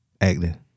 acting